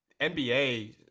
nba